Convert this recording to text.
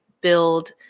build